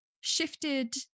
shifted